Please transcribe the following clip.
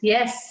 Yes